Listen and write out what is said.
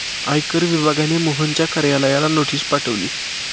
आयकर विभागाने मोहनच्या कार्यालयाला नोटीस पाठवली